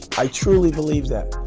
i truly believe that.